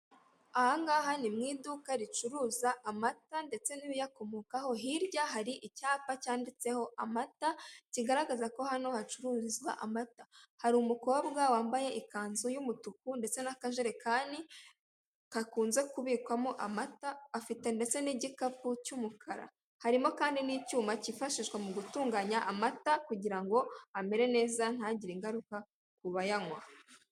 Aha ngaha ni mu iduka ricuruza amata ndetse n'ibiyakomokaho, hirya hari icyapa cyanditseho amata, kigaragaza ko hano hacururizwa amata, hari umukobwa wambaye ikanzu y'umutuku ndetse n'akajerekani, kakunze kubikwamo amata, afite ndetse n'igikapu cy'umukara, harimo kandi n'icyuma cyifashishwa mu gutunganya amata, kugira ngo amere neza ntagire ingaruka ku bayanywa.